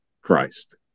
Christ